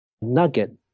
nugget